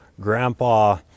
grandpa